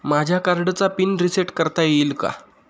माझ्या कार्डचा PIN reset करता येईल का?